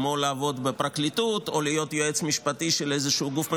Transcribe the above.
כמו לעבוד בפרקליטות או להיות יועץ משפטי של איזשהו גוף ממשלתי,